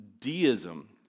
Deism